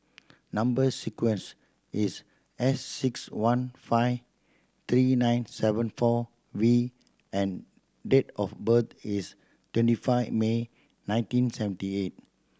number sequence is S six one five three nine seven four V and date of birth is twenty five May nineteen seventy eight